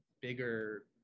bigger